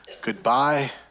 Goodbye